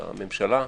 לממשלה,